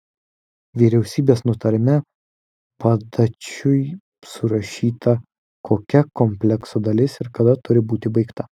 vyriausybės nutarime padačiui surašyta kokia komplekso dalis ir kada turi būti baigta